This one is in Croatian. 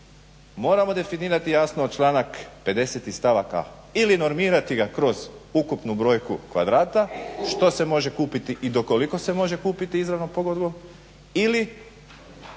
Moramo definirati jasno članak 50. stavak a ili normirati ga kroz ukupnu brojku kvadrata što se može kupiti i do koliko se može kupiti izravnom pogodbom ili